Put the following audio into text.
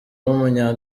w’umunya